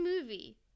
movie